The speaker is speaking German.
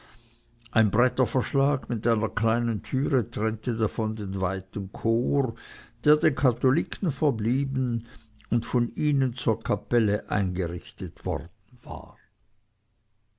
ein bretterverschlag mit einer kleinen türe trennte davon den weiten chor der den katholiken verblieben und von ihnen zur kapelle eingerichtet worden war